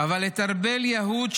אבל את ארבל יהוד,